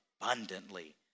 abundantly